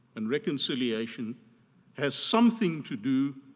and reconciliation has something to do,